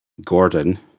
Gordon